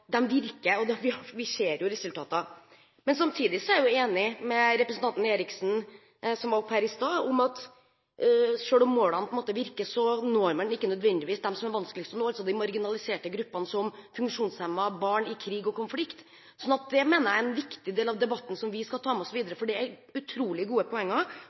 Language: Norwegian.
virker, når man ikke nødvendigvis dem som er vanskeligst å nå, altså de marginaliserte gruppene som funksjonshemmede og barn i krig og konflikt. Jeg mener at det er en viktig del av debatten som vi skal ta med oss videre. Dette er utrolig gode poenger, for dette er mennesker som aldri har blitt nådd. Den diskusjonen vi hadde tidligere i dag om funksjonshemmede, er